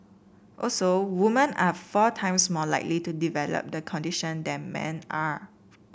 also woman are four times more likely to develop the condition than man are